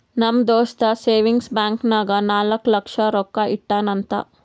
ನಮ್ ದೋಸ್ತ savings bank ನಾಗ್ ನಾಲ್ಕ ಲಕ್ಷ ರೊಕ್ಕಾ ಇಟ್ಟಾನ್ ಅಂತ್